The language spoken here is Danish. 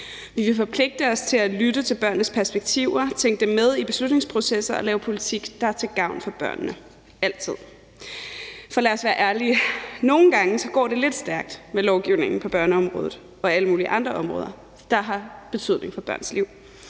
Vi vil forpligte os til at lytte til børnenes perspektiver og altid tænke dem med i beslutningsprocesser og lave politik, der er til gavn for børnene. For lad os være ærlige, nogle gange går det lidt stærkt med lovgivning på børneområdet og alle mulige andre områder, der har betydning for børns liv,